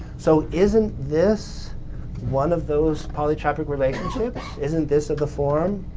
so, isn't this one of those polytropic relationships? isn't this of the form?